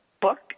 book